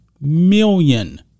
million